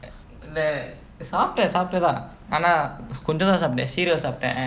இந்த சாப்ட சாப்டதா ஆனா கொஞ்சந்தா சாப்டேன்:intha saapta saaptathaa aanaa konjanthaa saaptaen cereal சாப்டேன்:saaptaen